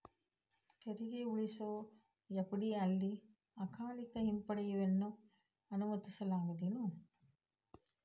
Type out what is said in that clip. ತೆರಿಗೆ ಉಳಿಸುವ ಎಫ.ಡಿ ಅಲ್ಲೆ ಅಕಾಲಿಕ ಹಿಂಪಡೆಯುವಿಕೆಯನ್ನ ಅನುಮತಿಸಲಾಗೇದೆನು?